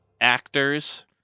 actors